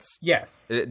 Yes